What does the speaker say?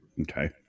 Okay